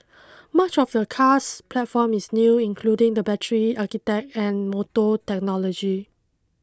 much of the car's platform is new including the battery architect and motor technology